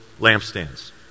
lampstands